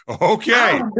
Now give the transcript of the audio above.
Okay